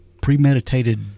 premeditated